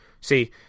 See